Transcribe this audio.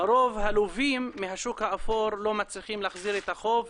לרוב הלווים מהשוק האפור לא מצליחים להחזיר את החוב,